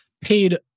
paid